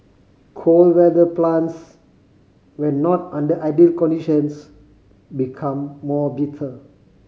cold weather plants when not under ideal conditions become more bitter